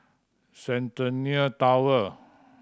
Centennial Tower